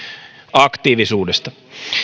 aktiivisuudesta